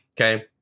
okay